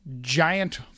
giant